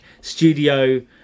studio